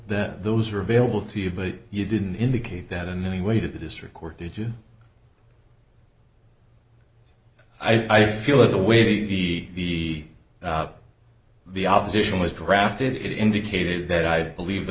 that those are available to you but you didn't indicate that in any way to the district court did you i feel that the way he the opposition was drafted it indicated that i believe the